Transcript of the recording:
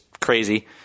crazy